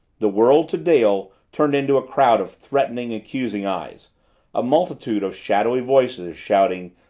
the world to dale turned into a crowd of threatening, accusing eyes a multitude of shadowy voices, shouting,